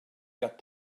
get